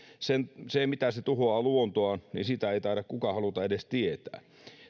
siitä miten se tuhoaa luontoa ei kukaan taida haluta edes tietää